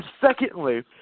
secondly